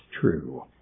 true